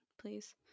please